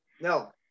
No